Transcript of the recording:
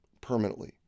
permanently